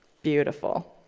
beautiful.